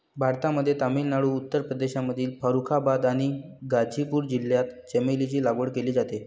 भारतामध्ये तामिळनाडू, उत्तर प्रदेशमधील फारुखाबाद आणि गाझीपूर जिल्ह्यात चमेलीची लागवड केली जाते